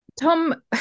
Tom